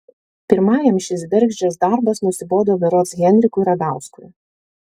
pirmajam šis bergždžias darbas nusibodo berods henrikui radauskui